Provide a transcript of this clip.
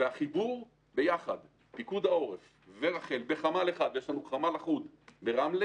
החיבור ביחד של פיקוד העורף ורח"ל בחמ"ל אחד יש לנו חמ"ל אחוד ברמלה